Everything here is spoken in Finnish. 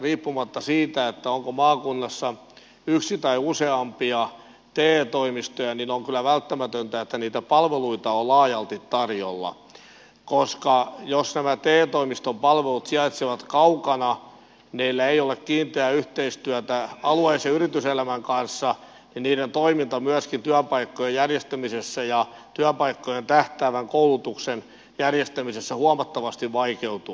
riippumatta siitä onko maakunnassa yksi tai useampia te toimistoja on kyllä välttämätöntä että niitä palveluita on laajalti tarjolla koska jos nämä te toimiston palvelut sijaitsevat kaukana niillä ei ole kiinteää yhteistyötä alueellisen yrityselämän kanssa ja niiden toiminta myöskin työpaikkojen järjestämisessä ja työpaikkaan tähtäävän koulutuksen järjestämisessä huomattavasti vaikeutuu